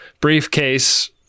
briefcase